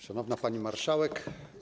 Szanowna Pani Marszałek!